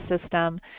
system